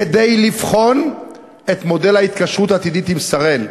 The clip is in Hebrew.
כדי לבחון את מודל ההתקשרות העתידית עם "שראל".